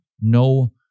no